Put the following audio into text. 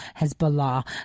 Hezbollah